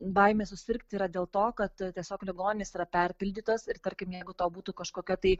baimė susirgt yra dėl to kad tiesiog ligoninės yra perpildytos ir tarkim jeigu tau būtų kažkokia tai